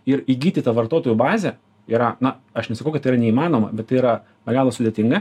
ir įgyti tą vartotojų bazę yra na aš nesakau kad tai yra neįmanoma bet tai yra be galo sudėtinga